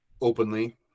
openly